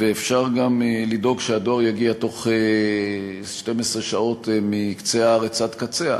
ואפשר גם לדאוג שהדואר יגיע בתוך 12 שעות מקצה הארץ עד קצה.